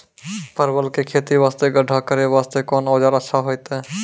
परवल के खेती वास्ते गड्ढा करे वास्ते कोंन औजार अच्छा होइतै?